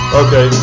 okay